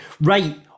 right